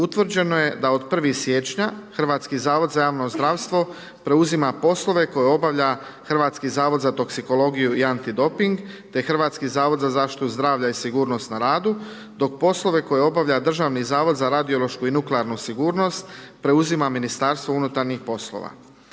utvrđeno je da od 1. siječnja HZJZ preuzima poslove koje obavlja Hrvatski zavod za toksikologiju i antidoping te Hrvatski zavod za zaštitu zdravlja i sigurnost na radu dok poslove koje obavlja Državni zavod za radiološku i nuklearnu sigurnost preuzima Ministarstvo unutarnjih poslova.